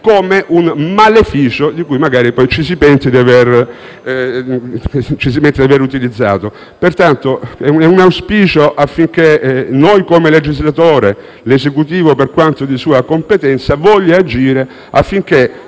come un maleficio che magari poi ci si pente di aver utilizzato. Pertanto, è un auspicio per noi legislatori e per l'Esecutivo, per quanto di sua competenza, ad agire affinché